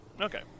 okay